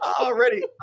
Already